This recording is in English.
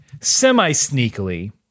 semi-sneakily